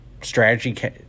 strategy